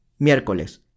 miércoles